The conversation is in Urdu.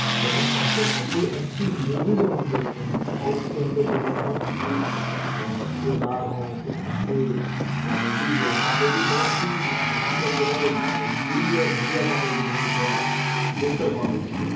جب ہم پڑھتے ہیں کوئی اچھی مووی جب ہم دیکھتے ہیں اور اس کے اندر جو ہے بہت اچھی کردار ہوں کچھ اچھے کامیڈی ہو کامیڈی بہت ہی مطلب جو ہے گری اور گھٹیا کامیڈی نہیں تھوڑا بہتر کامیڈی ہو